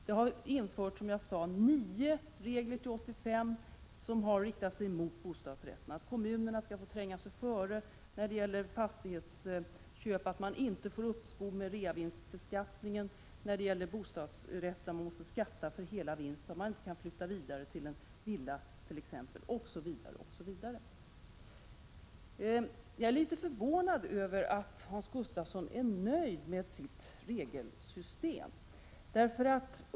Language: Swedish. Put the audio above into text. Det har alltså införts nio regler fram till 1985 som varit riktade mot bostadsrätterna. Det gäller att kommunerna skall få tränga sig före vid fastighetsköp och att människor inte får uppskov med reavinstsbeskattningen i fråga om bostadsrätterna. Hela vinsten beskattas så att de inte kan flytta till en villa osv. Jagärlitet förvånad över att Hans Gustafsson är nöjd med sitt regelsystem.